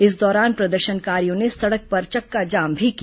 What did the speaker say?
इस दौरान प्रदर्शनकारियों ने सड़क पर चक्काजाम भी किया